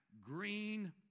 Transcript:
green